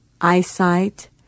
eyesight